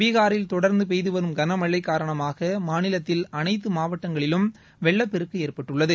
பீகாரில் தொடர்ந்து பெய்துவரும் கனமழை காரணமாக மாநிலத்தில் அனைத்து மாவட்டங்களிலும் வெள்ளப் பெருக்கு ஏற்பட்டுள்ளது